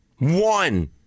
one